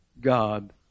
God